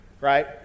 Right